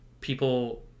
people